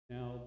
Now